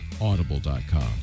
Audible.com